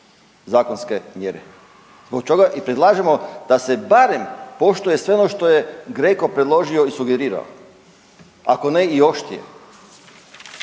zakonske mjere. Zbog toga i predlažemo da se barem poštuje sve ono što je GRECO predložio i sugerirao, ako ne i oštrije.